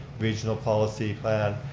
regional policy plan,